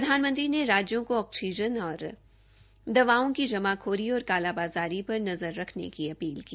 प्रधानमंत्री ने राज्यों को ऑक्सीजन और दवाओं की जमाखोरी और कालाबाज़ारी पर नज़र रखने की अपील की